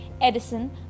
Edison